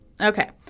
Okay